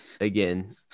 again